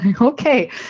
okay